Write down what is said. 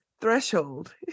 threshold